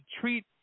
treat